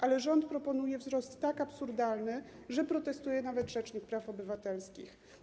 Ale rząd proponuje wzrost tak absurdalny, że protestuje nawet rzecznik praw obywatelskich.